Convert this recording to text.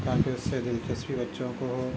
تاکہ اس سے دلچسپی بچوں کو ہو